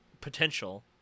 potential